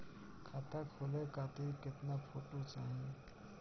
खाता खोले खातिर केतना फोटो चाहीं?